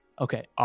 Okay